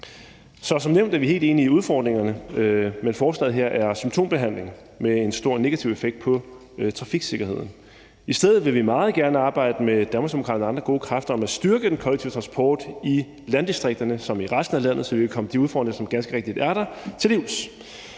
som nævnt er vi helt enige om udfordringerne, men forslaget her er symptombehandling med en stor negativ effekt på trafiksikkerheden. I stedet vil vi meget gerne arbejde med Danmarksdemokraterne og andre gode kræfter om at styrke den kollektive transport i landdistrikterne såvel som i resten af landet, så vi kan komme de udfordringer, som ganske rigtigt er der, til livs.